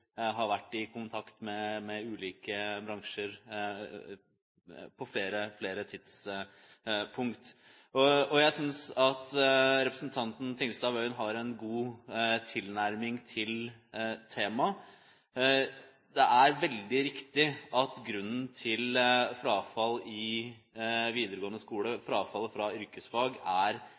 har vært i kontakt med ulike bransjer om på flere tidspunkt. Jeg synes at representanten Tingelstad Wøien har en god tilnærming til temaet. Det er riktig at grunnen til frafallet i videregående skole, frafallet fra yrkesfag, er